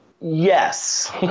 Yes